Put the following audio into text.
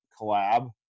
collab